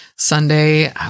Sunday